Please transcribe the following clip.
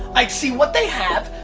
i'd see what they have.